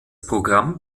programm